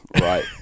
Right